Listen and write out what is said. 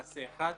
מעשה אחד,